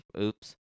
Oops